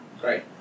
great